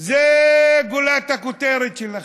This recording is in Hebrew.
זאת גולת הכותרת שלכם.